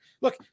Look